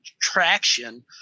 Traction